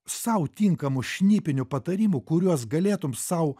sau tinkamų šnipinių patarimų kuriuos galėtum sau